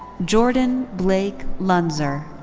jordan blake lanser.